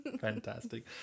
fantastic